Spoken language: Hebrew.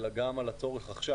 אלא גם על הצורך עכשיו.